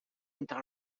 entre